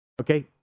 Okay